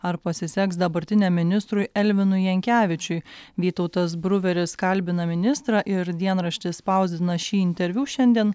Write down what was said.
ar pasiseks dabartiniam ministrui elvinui jankevičiui vytautas bruveris kalbina ministrą ir dienraštis spausdina šį interviu šiandien